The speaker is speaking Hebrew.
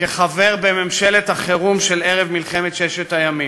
כחבר ממשלת החירום של ערב מלחמת ששת הימים.